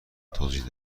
توضیح